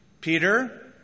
Peter